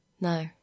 no